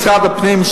משרד הפנים,